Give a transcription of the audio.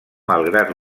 malgrat